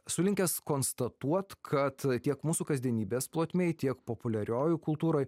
esu linkęs konstatuot kad tiek mūsų kasdienybės plotmėj tiek populiariojoj kultūroj